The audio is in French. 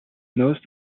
noces